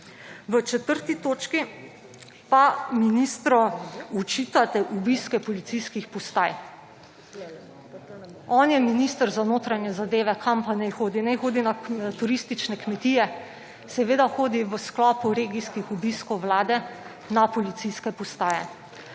V 4. točki pa ministru očitate obiske policijskih postaj. On je minister za notranje zadeve. Kam pa naj hodi? Naj hodi na turistične kmetije? Seveda hodi v sklopu regijskih obiskov vlade na policijske postaje.